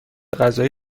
غذایی